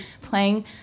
playing